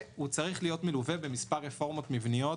והוא צריך להיות מלווה במספר רפורמות מבניות,